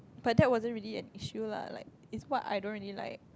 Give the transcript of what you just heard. but that wasn't really an issue lah like is what I don't really like